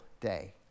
day